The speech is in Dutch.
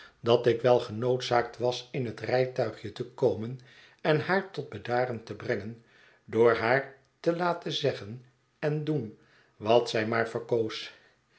dat ik wel genoodzaakt was in het rijtuigje te komen en haar tot bedaren te brengen door haar te laten zeggen en doen wat zij maar verkoos